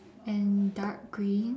and dark green